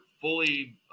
fully